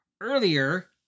Earlier